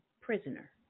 prisoner